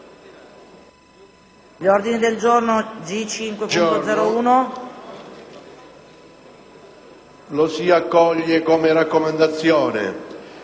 gli ordini del giorno G101 e G102. Accoglie come raccomandazione